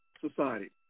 society